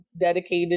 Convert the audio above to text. dedicated